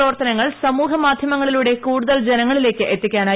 പ്രവർത്തനങ്ങൾ സാമൂഹൃമാധൃമങ്ങളിലൂടെ കൂടുതൽ ജനങ്ങളിലേക്ക് എത്തിക്കാനായി